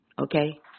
okay